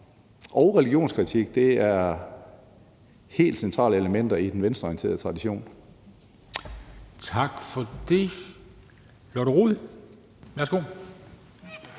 og religionskritik er helt centrale elementer i den venstreorienterede tradition. Kl. 11:17 Formanden